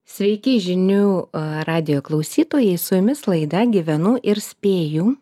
sveiki žinių radijo klausytojai su jumis laida gyvenu ir spėju